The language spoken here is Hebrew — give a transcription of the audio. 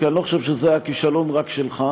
כי אני לא חושב שזה היה כישלון רק שלך,